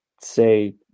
say